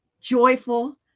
joyful